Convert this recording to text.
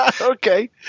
Okay